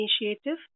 Initiative